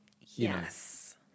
yes